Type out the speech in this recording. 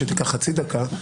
שתיקח חצי דקה,